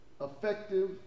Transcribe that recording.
effective